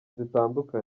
zitandukanye